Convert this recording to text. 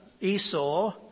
Esau